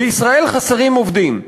בישראל חסרים עובדים.